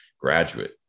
graduate